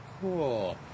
cool